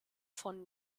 von